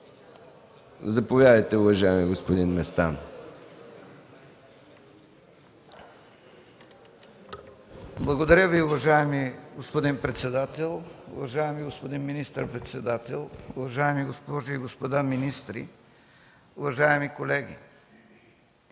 Заповядайте, уважаеми господин Местан. ЛЮТВИ МЕСТАН (ДПС): Благодаря Ви, уважаеми господин председател. Уважаеми господин министър-председател, уважаеми госпожи и господа министри, уважаеми колеги!